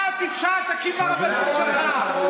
אתה תקשיב לרבנים שלך.